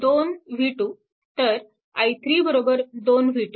तर i3 2 v2